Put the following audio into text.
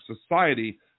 society